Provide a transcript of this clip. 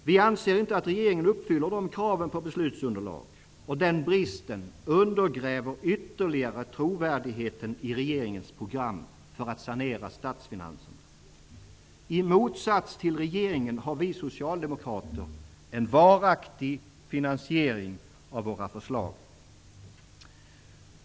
Vi anser inte att regeringen uppfyller de kraven på beslutsunderlag. Denna brist undergräver ytterligare trovärdigheten i regeringens program för att sanera statsfinanserna. I motsats till regeringen har vi socialdemokrater en varaktig finansiering av våra förslag.